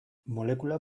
molekula